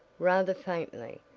rather faintly,